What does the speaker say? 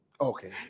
Okay